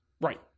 Right